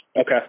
Okay